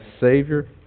Savior